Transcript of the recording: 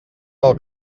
del